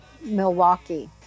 Milwaukee